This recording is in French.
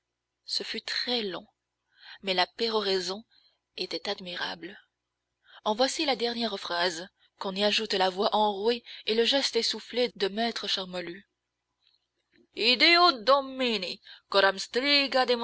cela fut très long mais la péroraison était admirable en voici la dernière phrase qu'on y ajoute la voix enrouée et le geste essoufflé de maître charmolue ideo domni